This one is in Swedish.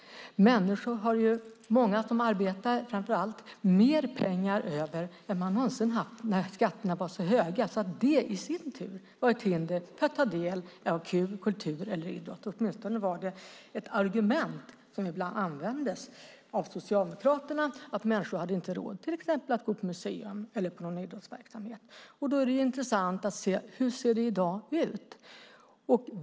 Framför allt många människor som arbetar har mer pengar över än man någonsin hade när skatterna var så höga att det i sin tur var ett hinder för att ta del av kultur eller idrott. Åtminstone var det ett argument som ibland användes av Socialdemokraterna att människor inte hade råd att till exempel gå på museum eller till någon idrottsverksamhet. Då är det intressant att se: Hur ser det ut i dag?